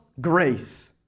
grace